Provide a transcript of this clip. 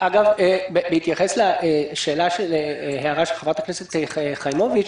בהתייחס להערה של חברת הכנסת חיימוביץ',